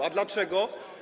A dlaczego?